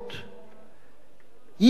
היא מסוכנת ביותר.